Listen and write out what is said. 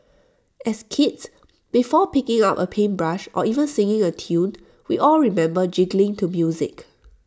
as kids before picking up A paintbrush or even singing A tune we all remember jiggling to music